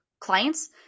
clients